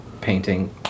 painting